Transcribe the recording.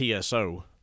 TSO